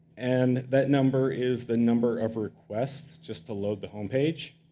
and that number is the number of requests just to load the home page.